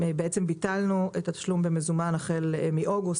ביטלנו את התשלום במזומן החל מחודש אוגוסט.